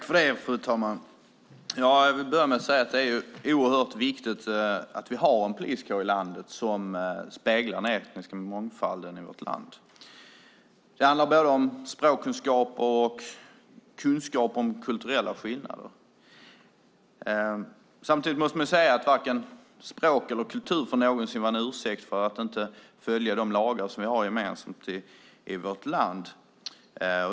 Fru talman! Jag vill börja med att säga att det är oerhört viktigt att vi har en poliskår som speglar den etniska mångfalden i vårt land. Det handlar om både språkkunskaper och kunskaper om kulturella skillnader. Samtidigt måste man säga att varken språk eller kultur någonsin får vara en ursäkt för att inte följa de lagar som vi har gemensamt i vårt land.